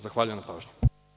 Zahvaljujem na pažnji.